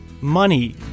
Money